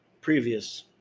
previous